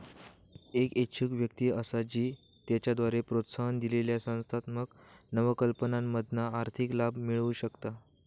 एक इच्छुक व्यक्ती असा जी त्याच्याद्वारे प्रोत्साहन दिलेल्या संस्थात्मक नवकल्पनांमधना आर्थिक लाभ मिळवु शकता